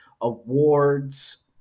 awards